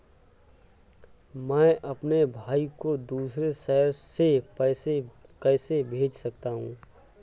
मैं अपने भाई को दूसरे शहर से पैसे कैसे भेज सकता हूँ?